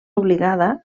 obligada